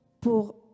Pour